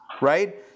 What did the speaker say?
right